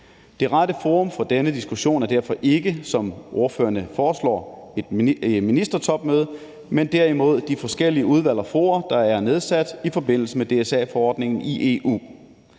Det rette forum for denne diskussion er derfor ikke, som ordførerne foreslår, et ministertopmøde, men derimod de forskellige udvalg og fora, der er nedsat i forbindelse med DSA-forordningen i EU.